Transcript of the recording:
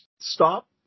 stop